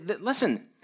listen